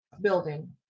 building